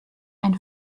ein